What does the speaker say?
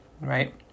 right